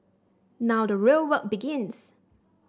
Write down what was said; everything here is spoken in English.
now the real work begins